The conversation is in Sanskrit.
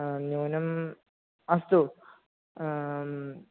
न्यूनम् अस्तु